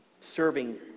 serving